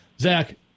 Zach